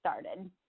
started